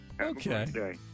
Okay